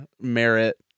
merit